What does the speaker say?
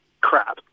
crap